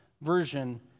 version